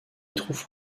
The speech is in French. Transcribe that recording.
trouve